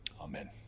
Amen